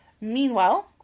Meanwhile